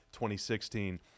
2016